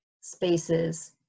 spaces